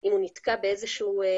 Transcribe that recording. אם הוא נתקע במשהו,